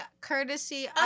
courtesy